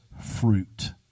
fruit